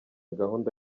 gahunda